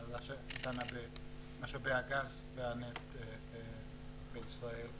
ועדה שדנה במשאבי הגז והנפט במדינת ישראל,